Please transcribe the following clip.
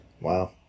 Wow